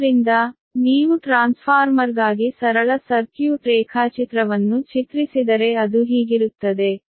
ಆದ್ದರಿಂದ ನೀವು ಟ್ರಾನ್ಸ್ಫಾರ್ಮರ್ಗಾಗಿ ಸರಳ ಸರ್ಕ್ಯೂಟ್ ರೇಖಾಚಿತ್ರವನ್ನು ಚಿತ್ರಿಸಿದರೆ ಅದು ಹೀಗಿರುತ್ತದೆ